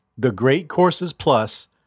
thegreatcoursesplus